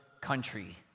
country